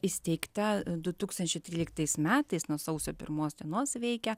įsteigta du tūkstančiai tryliktais metais nuo sausio pirmos dienos veikia